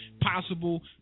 possible